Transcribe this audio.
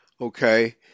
okay